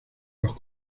los